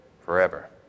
forever